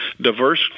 diverse